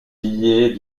liés